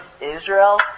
Israel